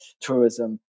tourism